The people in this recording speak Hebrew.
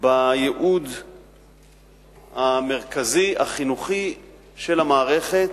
בייעוד המרכזי, החינוכי, של המערכת,